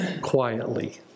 quietly